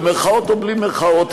במירכאות או בלי מירכאות,